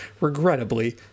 regrettably